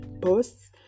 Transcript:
posts